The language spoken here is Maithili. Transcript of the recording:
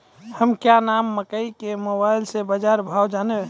हमें क्या नाम मकई के मोबाइल से बाजार भाव जनवे?